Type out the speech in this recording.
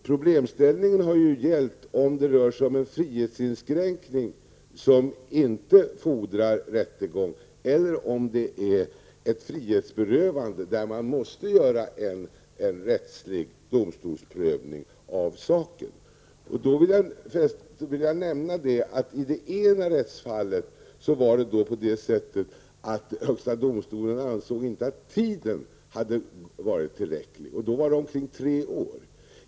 Problemställningen har varit om det rört sig om en frihetsinskränkning, som inte fordrar rättegång, eller om det är ett frihetsberövande, då man måste göra en rättslig domstolsprövning av saken. Jag vill nämna att höagsta domsolen i det ena rättsfallet ansåg att tiden inte hade varit tillräcklig, och då var det omkring tre år.